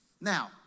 Now